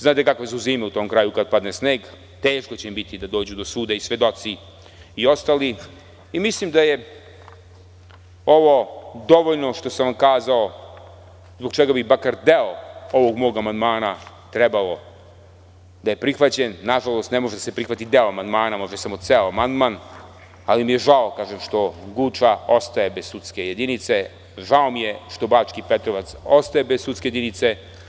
Znate kakve su zime u tom kraju kada padne sneg, teško će im biti da dođu do suda i svedoci i ostali i mislim da je ovo dovoljno što sam vam ukazao zbog čega bi makar deo ovog mog amandmana trebalo da je prihvaćen, a nažalost ne može samo da se prihvati samo deo amandmana, može ceo amandman, ali mi je žao što Guča ostaje bez sudske jedinice, žao mi je što Bački Petrovac ostaje bez sudske jedinice.